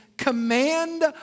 command